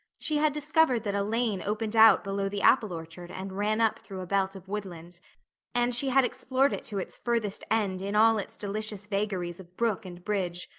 she had discovered that a lane opened out below the apple orchard and ran up through a belt of woodland and she had explored it to its furthest end in all its delicious vagaries of brook and bridge,